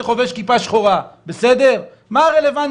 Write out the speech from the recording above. אתה רואה שהדבר הזה נבחן ולמרות שיש לו אישור הוא לא מבוצע בשבת.